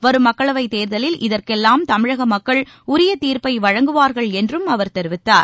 வரும் மக்களவைத் தேர்தலில் இதற்கெல்லாம் தமிழக மக்கள் உரிய தீர்ப்பை வழங்குவார்கள் என்றும் அவர் தெரிவித்தார்